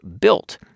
built